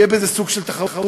יהיה בזה סוג של תחרות,